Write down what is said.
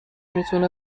میتونه